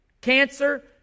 Cancer